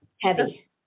heavy